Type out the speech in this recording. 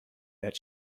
that